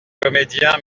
comédien